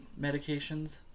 medications